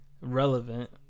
relevant